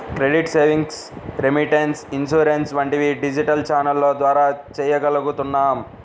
credit, savings, remittance, insurance వంటివి digital ఛానెల్ల ద్వారా చెయ్యగలుగుతున్నాం